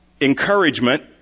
encouragement